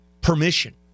permission